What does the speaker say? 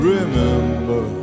Remember